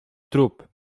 trup